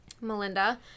Melinda